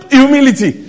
humility